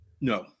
No